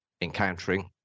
encountering